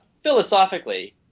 philosophically